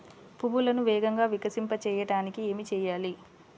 పువ్వులను వేగంగా వికసింపచేయటానికి ఏమి చేయాలి?